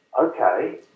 Okay